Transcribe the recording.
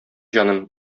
җаным